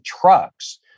trucks